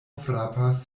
frapas